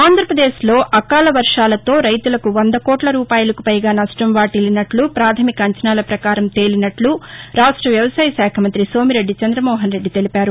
ఆంధ్రప్రదేశ్లో అకాల వర్వాలతో రైతులకు వంద కోట్లరూపాయలకు పైగా సష్టం వాటిల్లినట్లు ప్రాథమిక అంచనాల ప్రకారం తెలిసిందని రాష్ట వ్యవసాయ శాఖ మంత్రి సోమిరెడ్డి చంద్రమోహన్రెడ్డి చెప్పారు